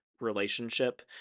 relationship